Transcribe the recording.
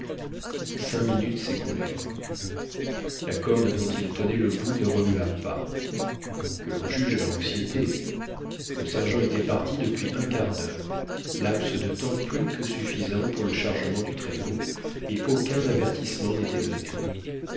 cinq minutes s'écoulèrent la corde dont ils tenaient le bout ne remua pas que l'on juge de leur anxiété le sergent était parti depuis un quart d'heure laps de temps plus que suffisant pour le chargement du traîneau et aucun avertissement n'était donné